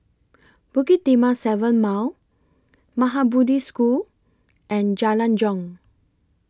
Bukit Timah seven Mile Maha Bodhi School and Jalan Jong